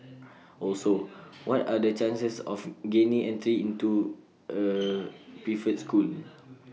also what are the chances of gaining entry into A preferred school